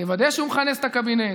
תוודא שהוא מכנס את הקבינט,